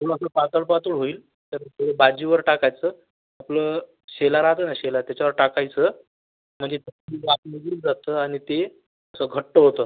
फुल आपलं पातळ पातळ होईल तर ते बाजीवर टाकायचं मं शेला रातो ना शेला त्याच्यावर टाकायचं म्हनजे त्यातली वाफ निगून जातं आनि ते असं घट्ट होतं